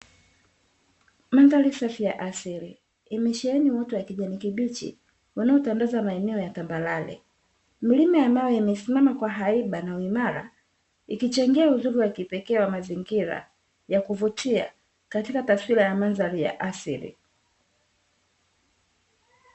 Mandhari safi ya asili imesheheni uoto wa kijani kibichi unaotandaza maeneo ya tambarare, milima ya mawe imesimama kwa haiba na uimara ikichangia uzuri wakipekee wa mazingira yakuvutia katika taswira ya mandhari ya asili